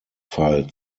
fall